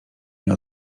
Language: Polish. nie